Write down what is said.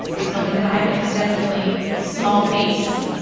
they tell me that i have an exceptionally small face.